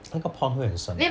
那个 pond 水很深吗